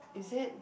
is it